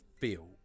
feel